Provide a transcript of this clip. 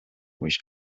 which